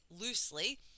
loosely